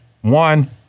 one